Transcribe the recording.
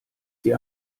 sie